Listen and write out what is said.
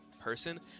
person